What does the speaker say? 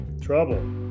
trouble